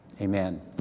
Amen